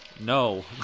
No